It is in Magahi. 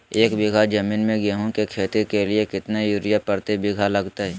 एक बिघा जमीन में गेहूं के खेती के लिए कितना यूरिया प्रति बीघा लगतय?